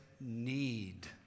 need